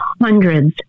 hundreds